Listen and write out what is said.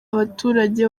abaturage